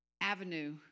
avenue